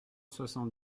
soixante